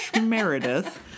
Meredith